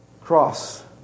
cross